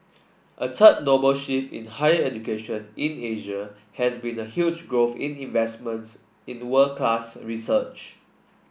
a third shift in higher education in Asia has been the huge growth in investments in the world class research